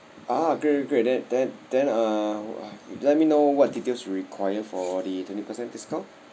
ah great great great then then then uh let me know what details you require for the twenty percent discount